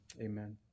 Amen